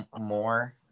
more